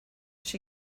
she